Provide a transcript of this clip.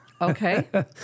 Okay